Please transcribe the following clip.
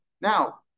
Now